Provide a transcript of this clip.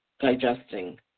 digesting